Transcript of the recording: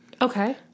Okay